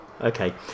Okay